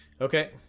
Okay